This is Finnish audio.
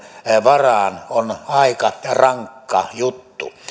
varaan on aika rankka juttu